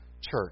church